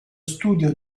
studio